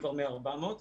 כבר בלמעלה מ-400.